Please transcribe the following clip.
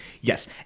Yes